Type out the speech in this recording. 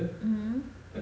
mm